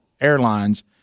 airlines